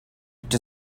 which